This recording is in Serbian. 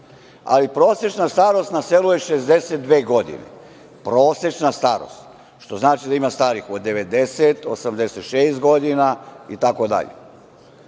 ali prosečna starost na selu je 62 godine, prosečna starost, što znači da ima starijih, od 90, od 86 godina itd.